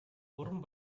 гурван